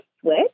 switch